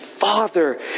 Father